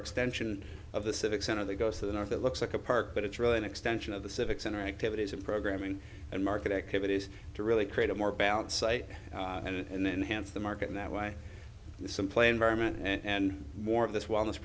extension of the civic center they go to the north it looks like a park but it's really an extension of the civic center activities of programming and market activities to really create a more balanced site and enhanced the market in that way some play environment and more of this wellness